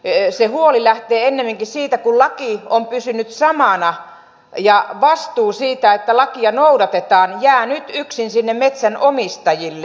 se huoli lähtee ennemminkin siitä että laki on pysynyt samana ja vastuu siitä että lakia noudatetaan jää nyt yksin sinne metsänomistajille